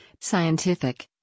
scientific